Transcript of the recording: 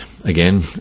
Again